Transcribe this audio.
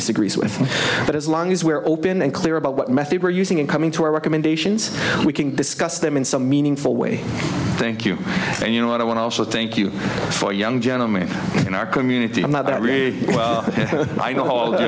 disagrees with but as long as we're open and clear about what method we're using in coming to our recommendations we can discuss them in some meaningful way thank you and you know what i want also thank you for young gentlemen in our community and that really i know all